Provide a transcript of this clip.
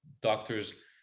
doctors